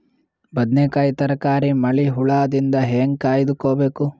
ಬದನೆಕಾಯಿ ತರಕಾರಿ ಮಳಿ ಹುಳಾದಿಂದ ಹೇಂಗ ಕಾಯ್ದುಕೊಬೇಕು?